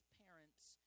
parent's